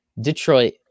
Detroit